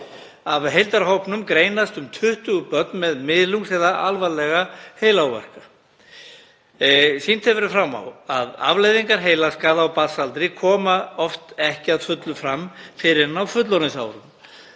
Af heildarhópnum greinast um 20 börn með miðlungs eða alvarlega heilaáverka. Sýnt hefur verið fram á að afleiðingar heilaskaða á barnsaldri koma oft ekki að fullu fram fyrr en á fullorðinsárum.